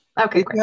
Okay